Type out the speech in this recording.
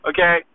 okay